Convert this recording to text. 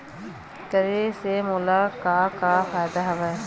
करे से मोला का का फ़ायदा हवय?